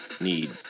need